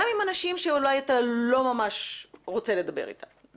גם עם אנשים שאולי אתה לא ממש רוצה לדבר איתם.